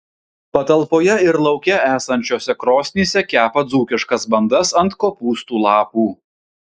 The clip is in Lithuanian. patalpoje ir lauke esančiose krosnyse kepa dzūkiškas bandas ant kopūstų lapų